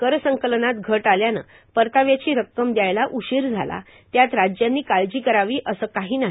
कर संकलनात घट आल्यानं परताव्याची रक्कम दयायला उशीर झाला त्यात राज्यांनी काळजी करावी असं काही नाही